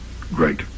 great